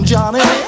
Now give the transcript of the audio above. Johnny